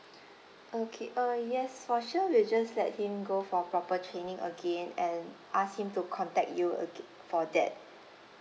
okay uh yes for sure we'll just let him go for proper training again and ask him to contact you again for that